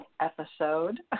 episode